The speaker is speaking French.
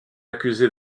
accusé